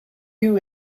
you